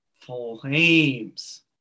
flames